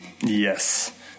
Yes